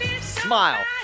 Smile